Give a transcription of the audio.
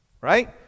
right